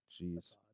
Jeez